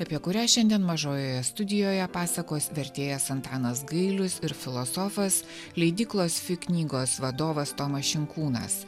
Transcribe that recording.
apie kurią šiandien mažojoje studijoje pasakos vertėjas antanas gailius ir filosofas leidyklos fi knygos vadovas tomas šinkūnas